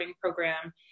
program